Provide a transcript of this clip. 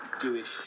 Jewish